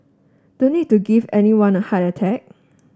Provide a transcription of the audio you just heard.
don't need to give anyone a heart attack